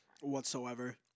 Whatsoever